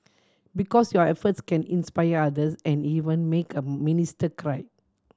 because your efforts can inspire others and even make a minister cry